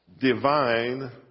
divine